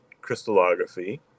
crystallography